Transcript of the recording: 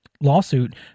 lawsuit